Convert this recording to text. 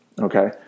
okay